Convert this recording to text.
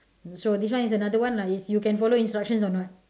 so this one is another one lah if you can follow instructions or not